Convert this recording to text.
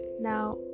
now